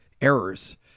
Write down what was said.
errors